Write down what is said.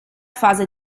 fase